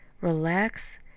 Relax